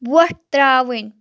وۄٹھ ترٛاوٕنۍ